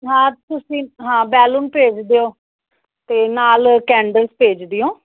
ਹਾਂ ਤੁਸੀਂ ਹਾਂ ਬੈਲੂਨ ਭੇਜ ਦਿਓ ਅਤੇ ਨਾਲ ਕੈਂਡਲਸ ਭੇਜ ਦਿਓ